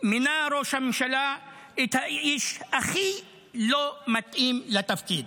מינה ראש הממשלה את האיש הכי לא מתאים לתפקיד,